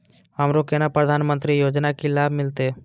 हमरो केना प्रधानमंत्री योजना की लाभ मिलते?